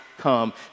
come